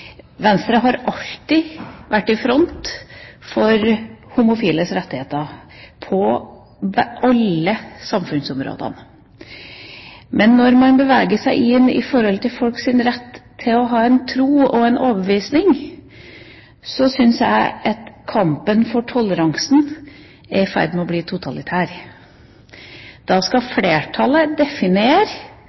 Venstre har alltid vært i front for homofiles rettigheter på alle samfunnsområder. Men når man beveger seg inn på dette med folks rett til å ha en tro og en overbevisning, syns jeg at kampen for toleransen er i ferd med å bli totalitær – da skal flertallet definere